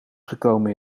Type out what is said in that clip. gekomen